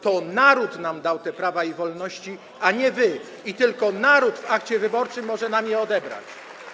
To naród nam dał te prawa i wolności, a nie wy, i tylko naród w akcie wyborczym może nam je odebrać.